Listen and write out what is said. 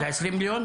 זה 20 מיליון?